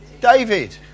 David